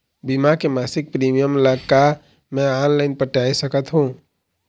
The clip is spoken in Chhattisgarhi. बीमा के मासिक प्रीमियम ला का मैं ऑनलाइन पटाए सकत हो?